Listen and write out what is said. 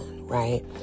right